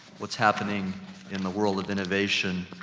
what's happening in the world of innovation,